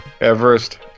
Everest